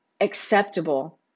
acceptable